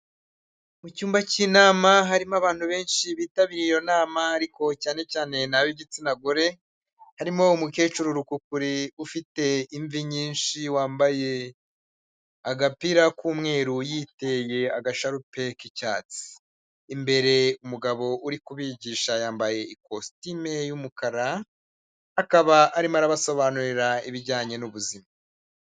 Mu cyumba cy'inama harimo abantu benshi bitabiriye iyo nama ariko cyane cyane n' ab'igitsina gore, harimo umukecu rukukuri ufite imvi nyinshi wambaye agapira k'umweru yiteye agasharupe k'icyatsi. Imbere umugabo uri kubigisha yambaye ikositimu y'umukara, akaba arimo arabasobanurira ibijyanye n'ubuzima.